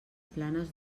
planes